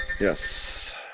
Yes